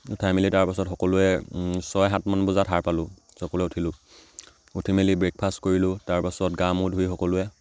উঠাই মেলি তাৰপাছত সকলোৱে ছয় সাতমান বজাত সাৰ পালোঁ সকলোৱে উঠিলোঁ উঠি মেলি ব্ৰেকফাষ্ট কৰিলোঁ তাৰপাছত গা মূৰ ধুই সকলোৱে